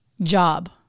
job